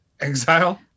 exile